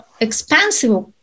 expansive